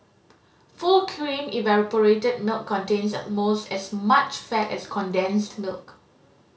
full cream evaporated milk contains almost as much fat as condensed milk